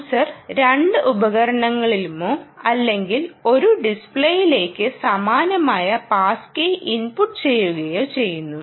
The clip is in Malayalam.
യൂസർ രണ്ട് ഉപകരണങ്ങളിലുമോ അല്ലെങ്കിൽ ഒരു ഡിസ്പ്ലേയിലേക്ക് സമാനമായ പാസ് കീ ഇൻപുട്ട് ചെയ്യുകയോ ചെയ്യുന്നു